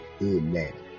Amen